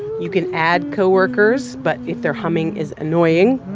you can add co-workers. but if their humming is annoying.